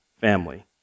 family